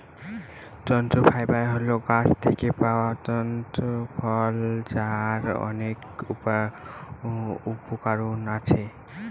plant fibre হল গাছ থেকে পাওয়া তন্তু ফল যার অনেক উপকরণ আছে